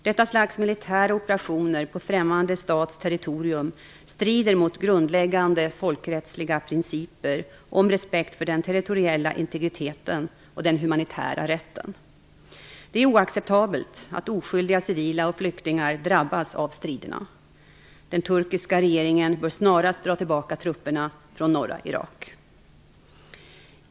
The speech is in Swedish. Detta slags militära operationer på främmande stats territorium strider mot grundläggande folkrättsliga principer om respekt för den territoriella integriteten och den humanitära rätten. Det är oacceptabelt att oskyldiga civila och flyktingar drabbas av striderna. Den turkiska regeringen bör snarast dra tillbaka trupperna från norra Irak.